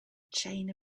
chain